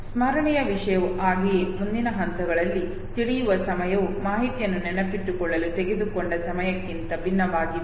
ಸ್ಮರಣೆಯ ವಿಷಯವೂ ಹಾಗೆಯೇ ಮುಂದಿನ ಹಂತದಲ್ಲಿ ತಿಳಿಯುವ ಸಮಯವು ಮಾಹಿತಿಯನ್ನು ನೆನಪಿಟ್ಟುಕೊಳ್ಳಲು ತೆಗೆದುಕೊಂಡ ಸಮಯಕ್ಕಿಂತ ಭಿನ್ನವಾಗಿದೆ